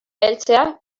heltzea